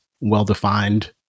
well-defined